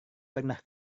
pernah